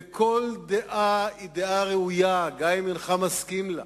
וכל דעה היא דעה ראויה, גם אם אינך מסכים לה,